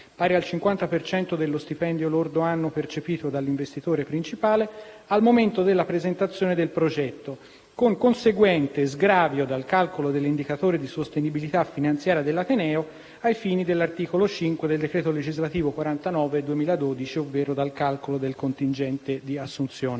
per cento dello stipendio lordo annuo percepito dall'investitore principale al momento della presentazione del progetto, con conseguente sgravio dal calcolo dell'indicatore di sostenibilità finanziaria dell'ateneo, ai fini dell'articolo 5 del decreto legislativo 29 marzo 2012, n. 49 (ovvero dal calcolo del contingente di assunzione).